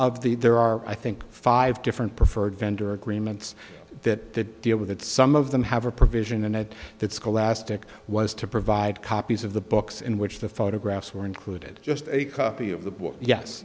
of the there are i think five different preferred vendor agreements that deal with it some of them have a provision in it that scholastic was to provide copies of the books in which the photographs were included just a copy of the